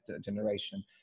generation